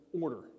order